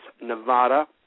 Nevada